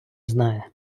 знає